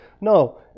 no